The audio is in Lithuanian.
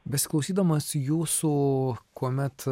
besiklausydamas jūsų kuomet